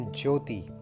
Jyoti